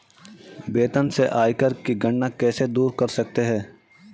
वेतन से आयकर की गणना कैसे दूर कर सकते है?